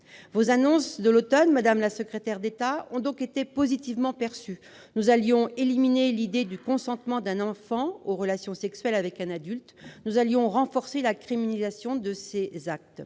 vos annonces de l'automne ont donc été positivement perçues. Nous allions éliminer l'idée du consentement d'un enfant aux relations sexuelles avec un adulte. Nous allions renforcer la criminalisation de ces actes,